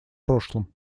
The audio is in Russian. прошлом